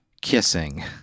Kissing